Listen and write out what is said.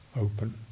open